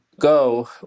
go